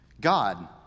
God